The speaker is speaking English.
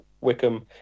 Wickham